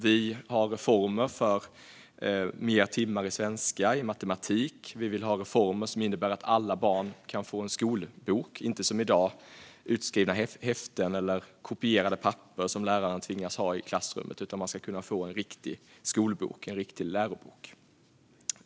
Vi har reformer för mer timmar i svenska och matematik. Vi vill ha reformer som innebär att alla barn kan få en skolbok - inte som i dag utskrivna häften eller kopierade papper som läraren tvingas använda i klassrummet. Eleverna ska kunna få riktiga läroböcker.